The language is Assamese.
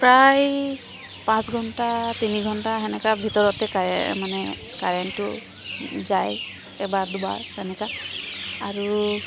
প্ৰায় পাঁচ ঘণ্টা তিনি ঘণ্টা সেনেকুৱা ভিতৰতে মানে কাৰেণ্টটো যায় এবাৰ দুবাৰ তেনেকুৱা আৰু